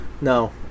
no